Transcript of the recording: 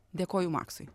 dėkoju maksui